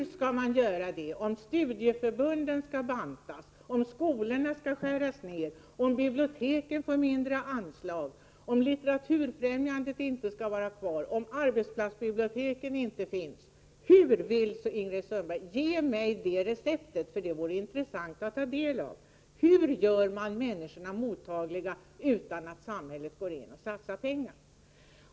Hur skall man göra det om studieförbunden skall bantas, om skolornas verksamhet skall skäras ned, om biblioteken får mindre anslag, om Litteraturfrämjandet inte skall vara kvar och om arbetsplatsbibliotek inte skall få finnas? Hur vill Ingrid Sundberg göra? Ge mig det receptet, det vore intressant att ta del av. Hur gör man människorna mottagliga utan att samhället går in och satsar pengar?